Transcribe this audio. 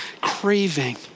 craving